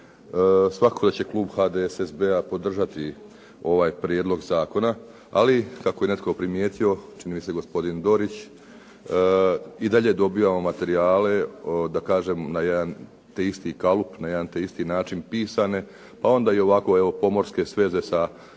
Svakako da će klub HDSSB-a podržati ovaj prijedlog zakona. Ali kako je netko primijetio, čini mi se gospodin Dorić i dalje dobivamo materijale na jedan te isti kalup, na jedan te isti način pisane, pa onda i ovako pomorske sveze sa zemljom